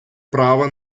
права